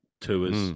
tours